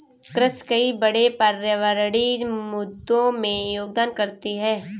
कृषि कई बड़े पर्यावरणीय मुद्दों में योगदान करती है